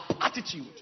attitude